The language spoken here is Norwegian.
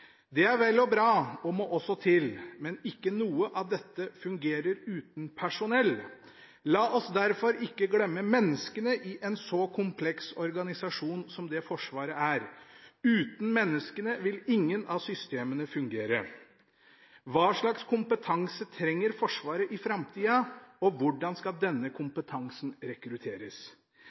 Det er vel og bra og må også til, men ikke noe av dette fungerer uten personell. La oss derfor ikke glemme menneskene i en så kompleks organisasjon som det Forsvaret er. Uten menneskene vil ingen av systemene fungere.» «Hva slags kompetanse trenger Forsvaret i framtida, og hvordan skal denne kompetansen rekrutteres?»